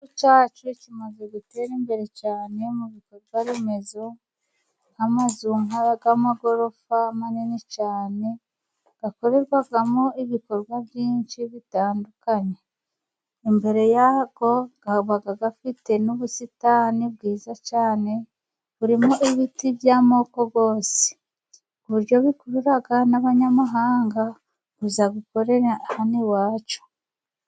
Igihugu cyacu kimaze gutera imbere cyane, mu bikorwa remezo nk'amazu nk'ayamagorofa manini cyane. Akorerwamo ibikorwa byinshi bitandukanye. Imbere yayo aba afite n'ubusitani bwiza cyane, burimo ibiti by'amoko yose. Ku buryo bikurura n'abanyamahanga kuza gukorera hano iwacu.